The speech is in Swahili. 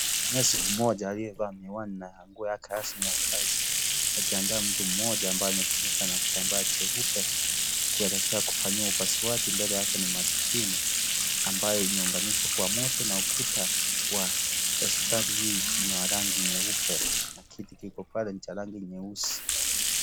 Nesi mmoja aliyevaa miwani na nguo yake rasmi ya kazi akiandaa mtu mmoja ambaye amefunikwa kitambaa cheupe kuelekea kufanyiwa upasuaji mbele yake ni mashine ambayo imeunganishwa kwa moto na ukuta wa hospitali hii ni wa rangi nyeupe na kiti kiko pale ni cha rangi nyeusi.